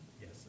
Yes